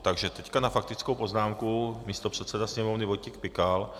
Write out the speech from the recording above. Takže teď na faktickou poznámku místopředseda Sněmovny Vojtěch Pikal.